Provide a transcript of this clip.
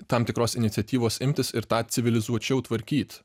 tam tikros iniciatyvos imtis ir tą civilizuočiau tvarkyt